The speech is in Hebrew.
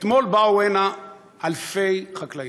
אתמול באו הנה אלפי חקלאים,